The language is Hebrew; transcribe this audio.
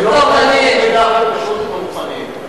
לתת את המידע הכי פשוט הם לא מוכנים.